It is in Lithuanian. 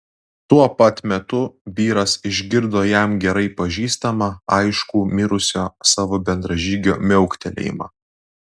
tuo pat metu vyras išgirdo jam gerai pažįstamą aiškų mirusio savo bendražygio miauktelėjimą